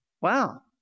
Wow